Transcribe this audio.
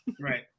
right